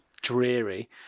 dreary